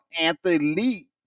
Anthony